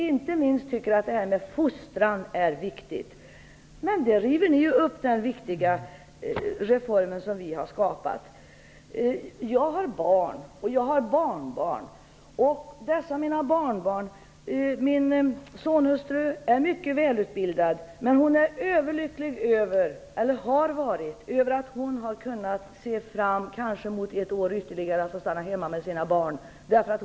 Inte minst tycker vi att fostran är viktigt. Men den viktiga reform som vi har skapat river ni upp. Jag har barn och barnbarn. Min sonhustru är mycket välutbildad, men hon har varit överlycklig över att hon kanske har kunnat se fram mot att få stanna hemma med sina barn ett år ytterligare.